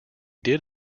did